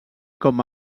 com